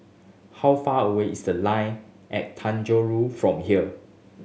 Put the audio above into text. how far away is The Line at Tanjong Road from here